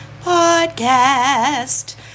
Podcast